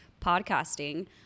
podcasting